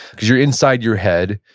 because you're inside your head,